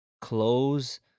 close